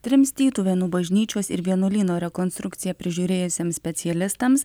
trims tytuvėnų bažnyčios ir vienuolyno rekonstrukciją prižiūrėjusiems specialistams